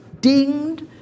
dinged